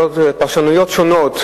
פרשנויות שונות,